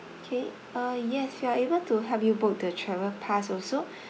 K uh yes we are able to help you book the travel pass also